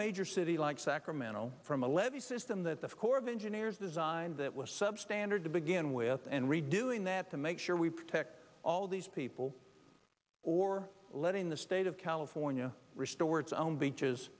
major city like sacramento from a levee system that the corps of engineers designed that was substandard to begin with and redoing that to make sure we protect all these people or letting the state of california restore its own beaches